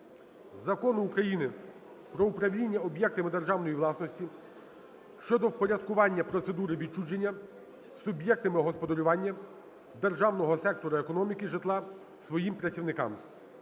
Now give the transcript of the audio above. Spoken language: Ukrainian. Закону України "Про управління об'єктами державної власності" щодо впорядкування процедури відчуження суб'єктами господарювання державного сектору економіки житла своїм працівникам